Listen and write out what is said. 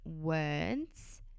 words